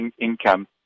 income